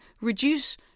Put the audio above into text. reduce